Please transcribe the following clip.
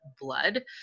blood